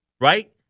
right